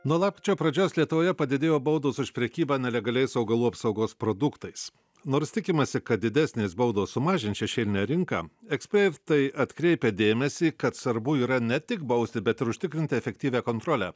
nuo lapkričio pradžios lietuvoje padidėjo baudos už prekybą nelegaliais augalų apsaugos produktais nors tikimasi kad didesnės baudos sumažins šešėlinę rinką ekspertai atkreipia dėmesį kad svarbu yra ne tik bausti bet ir užtikrinti efektyvią kontrolę